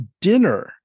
dinner